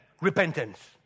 repentance